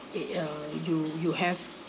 eh uh you you have